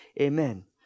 Amen